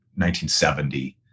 1970